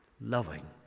loving